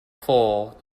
full